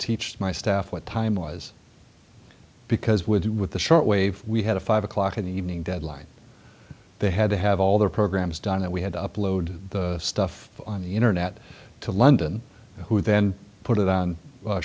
teach my staff what time was because with the with the shortwave we had a five o'clock in the evening deadline they had to have all their programs done that we had to upload the stuff on the internet to london who then put it on